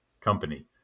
company